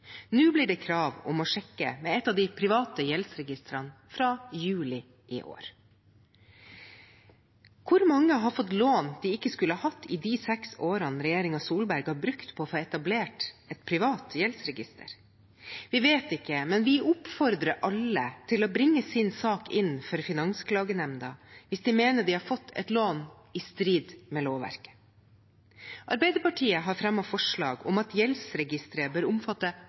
Nå blir det krav om å sjekke med et av de private gjeldsregistrene fra juli i år. Hvor mange har fått lån de ikke skulle hatt, i de seks årene regjeringen Solberg har brukt på å få etablert et privat gjeldsregister? Vi vet ikke, men vi oppfordrer alle til å bringe sin sak inn for Finansklagenemnda hvis de mener de har fått et lån i strid med lovverket. Arbeiderpartiet har fremmet forslag om at gjeldsregisteret bør omfatte